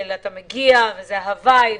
וזה הווי,